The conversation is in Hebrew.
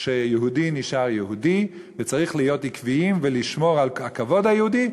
שיהודי נשאר יהודי וצריך להיות עקביים ולשמור על הכבוד היהודי,